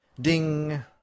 Ding